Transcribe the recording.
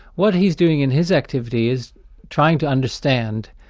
what he's doing in his activity is trying to understand,